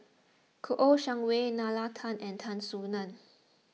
Kouo Shang Wei Nalla Tan and Tan Soo Nan